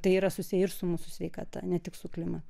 tai yra susiję ir su mūsų sveikata ne tik su klimatu